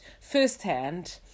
firsthand